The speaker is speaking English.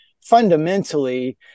fundamentally